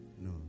No